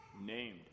named